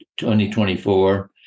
2024